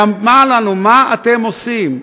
ואמרה לנו: מה אתם עושים?